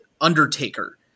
Undertaker